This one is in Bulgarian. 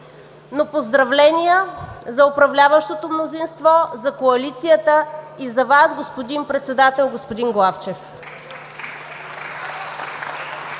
но поздравления за управляващото мнозинство, за Коалицията, и за Вас, господин Председател – господин Главчев.